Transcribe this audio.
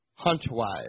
Huntwise